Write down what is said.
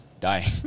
dying